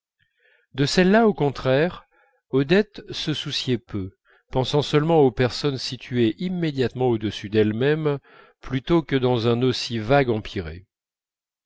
de celle-là au contraire odette se souciait peu pensant seulement aux personnes situées immédiatement au-dessus d'elle-même plutôt que dans un aussi vague empyrée